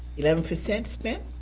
eleven percent spent.